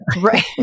right